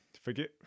forget